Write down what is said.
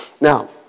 Now